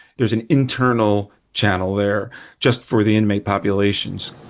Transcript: there's an internal channel there just for the inmate populations.